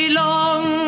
long